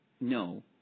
No